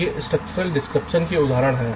ये structural description के उदाहरण हैं